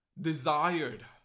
desired